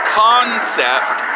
concept